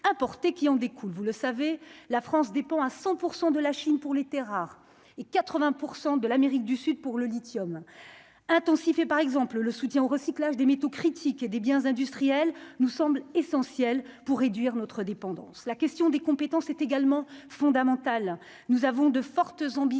pardon, qui en découle, vous le savez la France dépend à 100 % de la Chine pour les Terres rares et 80 % de l'Amérique du Sud pour le lithium intensif et par exemple le soutien au recyclage des métaux critiques et des biens industriels nous semble essentiel pour réduire notre dépendance : la question des compétences est également fondamentale, nous avons de fortes ambitions